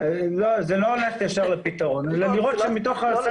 אבל זה לא הולך ישר לפתרון אלא צריך להיות לראות שמתוך הסל